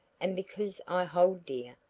and because i hold dear,